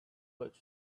folks